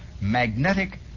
magnetic